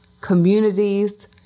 communities